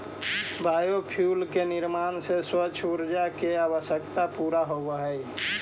biofuel के निर्माण से स्वच्छ ऊर्जा के आवश्यकता पूरा होवऽ हई